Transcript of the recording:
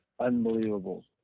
unbelievable